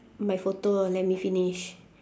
my photo uh let me finish